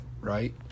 Right